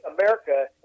America